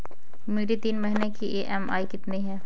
मेरी तीन महीने की ईएमआई कितनी है?